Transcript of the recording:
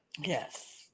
Yes